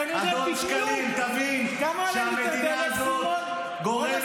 אז אל תטיף לי, אדון סימון, מה יקר.